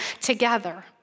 together